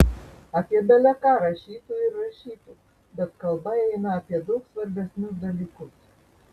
apie bele ką rašytų ir rašytų bet kalba eina apie daug svarbesnius dalykus